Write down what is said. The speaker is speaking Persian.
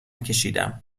کشیدم